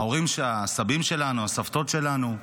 ההורים, הסבים שלנו, הסבתות שלנו,